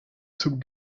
zum